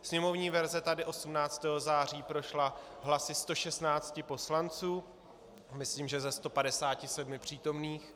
Sněmovní verze tady 18. září prošla hlasy 116 poslanců, myslím, že ze 157 přítomných.